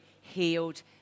healed